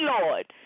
Lord